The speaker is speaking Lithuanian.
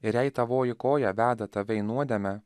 ir jei tavoji koja veda tave į nuodėmę